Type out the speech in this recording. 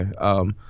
okay